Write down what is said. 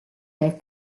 nel